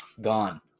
Gone